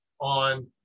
on